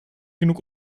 genug